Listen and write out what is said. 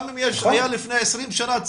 גם אם יש בנייה לפני עשרים שנה,